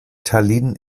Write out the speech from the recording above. tallinn